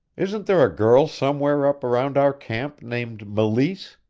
isn't there a girl somewhere up around our camp named meleese?